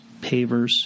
pavers